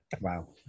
Wow